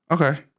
Okay